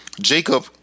Jacob